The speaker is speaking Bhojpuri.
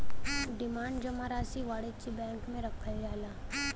डिमांड जमा राशी वाणिज्य बैंक मे रखल जाला